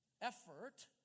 effort